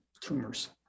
tumors